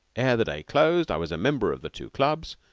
ere the day closed i was a member of the two clubs,